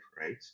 right